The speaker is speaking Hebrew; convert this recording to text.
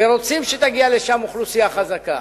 ורוצים שתגיע לשם אוכלוסייה חזקה.